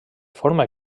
forma